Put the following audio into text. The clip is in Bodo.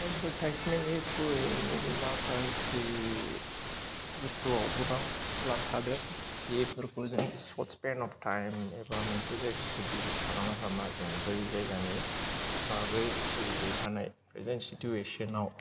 एडभार्टाइजमेन्टनि थ्रुयै माखासे बुस्थुआव गोबां लाब थादों जेफोरखौ जों स'रथ स्पेन अफ टाइम एबा मोनसे जायगाफ्राव बिसिट खालामा फ्रामा जों बै जायगानि बागै सोलिबाय थानाय प्रेसेन्ट सिटुवेशोनाव